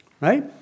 right